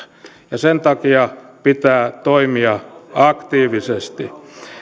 ja sen takia pitää toimia aktiivisesti